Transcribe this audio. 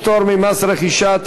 פטור ממס רכישה),